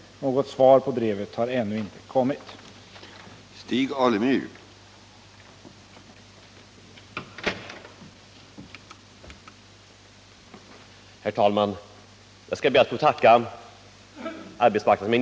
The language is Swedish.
Något svar på brevet har ännu inte kommit. att bevara sysselsättningen vid AB Emmaboda Glas